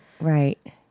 right